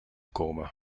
komen